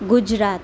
Gujarat